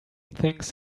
thinks